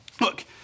Look